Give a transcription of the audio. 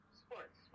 sports